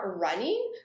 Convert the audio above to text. running